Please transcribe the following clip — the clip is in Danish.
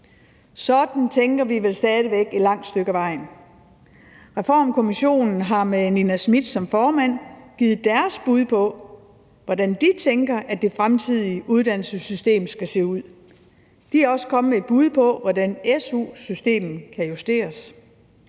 Sådan tænker vi vel stadig væk et langt stykke ad vejen. Reformkommissionen har med Nina Smith som formand givet deres bud på, hvordan de tænker det fremtidige uddannelsessystem skal se ud. De er også kommet med et bud på, hvordan su-systemet kan justeres.